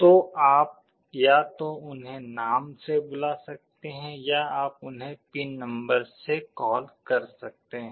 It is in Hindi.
तो आप या तो उन्हें नाम से बुला सकते हैं या आप उन्हें पिन नंबर से कॉल कर सकते हैं